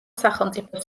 სახელმწიფო